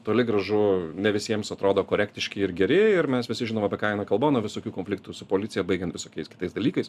toli gražu ne visiems atrodo korektiški ir geri ir mes visi žinom apie ką eina kalba nuo visokių konfliktų su policija baigiant visokiais kitais dalykais